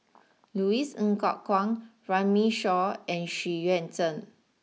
Louis Ng Kok Kwang Runme Shaw and Xu Yuan Zhen